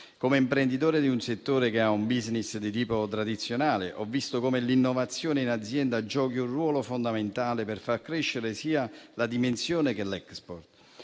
Come imprenditore di un settore che ha un *business* di tipo tradizionale, ho visto come l'innovazione in azienda giochi un ruolo fondamentale per far crescere sia la dimensione che l'*export*.